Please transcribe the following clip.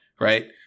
right